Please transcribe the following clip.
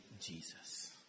Jesus